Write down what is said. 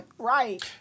right